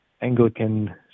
Anglican